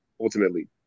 ultimately